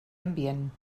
ambient